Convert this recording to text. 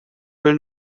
will